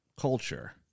culture